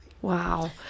Wow